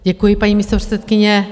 Děkuji, paní místopředsedkyně.